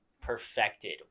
perfected